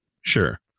Sure